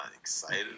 excited